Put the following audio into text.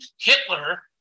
Hitler